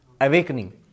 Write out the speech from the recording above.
awakening